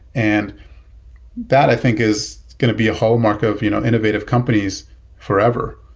and that i think is going to be a hallmark of you know innovative companies forever,